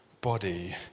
body